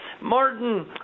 Martin